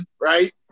right